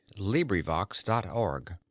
LibriVox.org